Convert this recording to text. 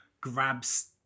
grabs